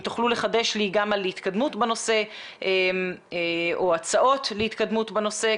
תוכלו לחדש לי גם על התקדמות בנושא או הצעות להתקדמות בנושא,